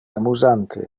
amusante